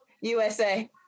USA